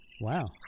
Wow